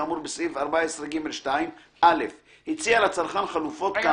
כאמור בסעיף 14ג2 הציע לצרכן חלופות כאמור